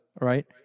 right